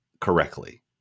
correctly